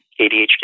ADHD